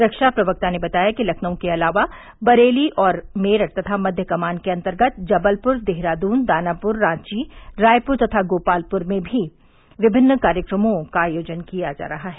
रक्षा प्रवक्ता ने बताया कि लखनऊ के अलावा बरेली और मेरठ तथा मध्य कमान के अन्तर्गत जबलपुर देहरादून दानापुर रांची रायपुर तथा गोपालपुर में भी विभिन्न कार्यक्रमो का आयोजन किया जा रहा है